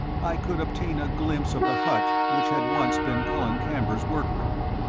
i could obtain a glimpse of the hut which had once been colin camber's workroom.